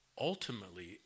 Ultimately